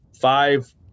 five